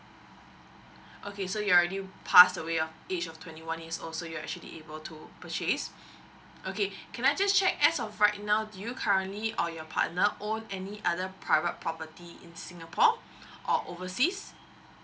okay so you are already passed away of age of twenty one years old you are actually able to purchase okay can I just check as of right now do you currently or your partner owned any other private property in singapore or overseas